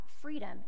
freedom